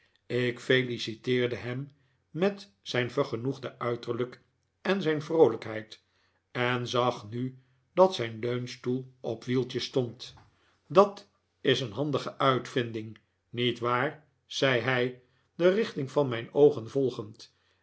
ik feliciteerde hem met zijn vergenoegde uiterlijk en zijn vroolijkheid en zag nu dat zijn leunstoel op wieltjes stond dat is een handige uitvinding niet waar zei hij de richting van mijn oogen volgend